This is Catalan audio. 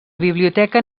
biblioteca